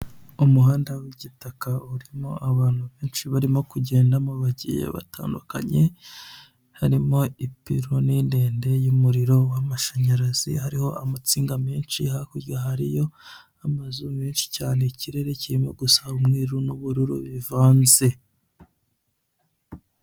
Umuhanda w'igitaka urimo abantu benshi barimo kugendamo bagiye batandukanye, harimo ipironi ndende y'umuriro w'amashanyarazi, hariho amatsinga menshi, hakurya hariyo amazu menshi cyane, ikirere kirimo gusa umweru n'ubururu bivanze.